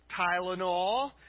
Tylenol